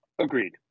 agreed